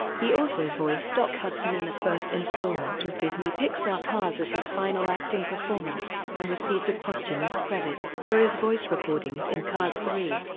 he also voiced doc hudson in the first installment of disney-pixar's cars-as his final acting performance, and received a posthumous credit for his voice recordings in cars three.